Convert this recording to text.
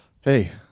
Hey